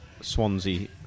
Swansea